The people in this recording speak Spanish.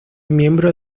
miembro